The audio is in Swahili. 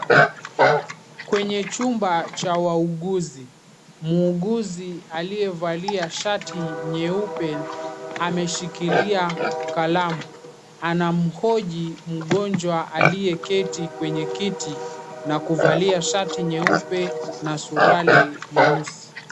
Kwenye chumba cha wauguzi. Muuguzi aliyevalia shati nyeupe ameshikilia kalamu. Anamhoji mgonjwa aliyeketi kwenye kiti na kuvalia shati nyeupe na suruali nyeusi.